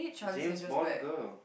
James-Bond girl